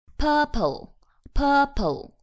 purple，purple，